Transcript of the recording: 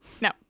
No